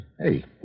Hey